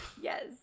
Yes